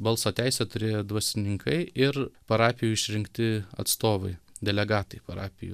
balso teisę turėjo dvasininkai ir parapijų išrinkti atstovai delegatai parapijų